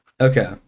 okay